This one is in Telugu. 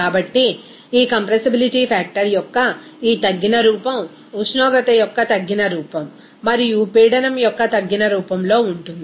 కాబట్టి ఈ కంప్రెసిబిలిటీ ఫ్యాక్టర్ యొక్క ఈ తగ్గిన రూపం ఉష్ణోగ్రత యొక్క తగ్గిన రూపం మరియు పీడనం యొక్క తగ్గిన రూపంలో ఉంటుంది